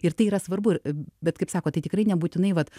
ir tai yra svarbu ir bet kaip sako tai tikrai nebūtinai vat